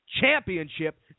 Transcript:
championship